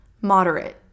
moderate